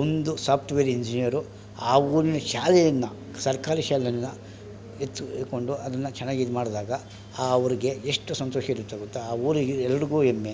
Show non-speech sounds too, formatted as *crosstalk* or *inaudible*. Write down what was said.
ಒಂದು software engineer ಆ ಊರಿನ ಶಾಲೆಯನ್ನು ಸರ್ಕಾರಿ ಶಾಲೆಯನ್ನು ಎಚ್ *unintelligible* ಕೊಂಡು ಅದನ್ನು ಚೆನ್ನಾಗ್ ಇದು ಮಾಡಿದಾಗ ಆ ಅವ್ರಿಗೆ ಎಷ್ಟು ಸಂತೋಷ ಇರುತ್ತೆ ಗೊತ್ತಾ ಆ ಊರಿಗೆ ಎಲ್ರಿಗೂ ಹೆಮ್ಮೆ